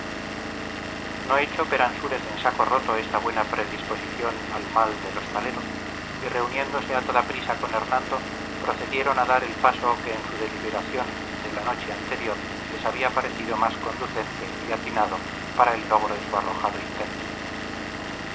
petulante continente no echó peransúrez en saco roto esta buena predisposición al mal del hostalero y reuniéndose a toda prisa con hernando procedieron a dar el paso que en su deliberación de la noche anterior les había parecido más conducente y atinado para el logro de su arrojado intento